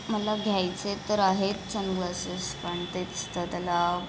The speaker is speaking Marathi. मला घ्यायचे तर आहेत सनग्लासेस पण तेच तर त्याला